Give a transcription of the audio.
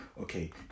okay